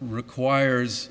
requires